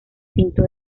pintó